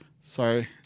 sorry